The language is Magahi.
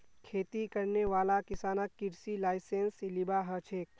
खेती करने वाला किसानक कृषि लाइसेंस लिबा हछेक